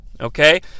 Okay